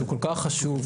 בשילוב.